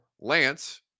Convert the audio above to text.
Lance